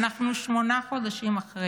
אנחנו שמונה חודשים אחרי,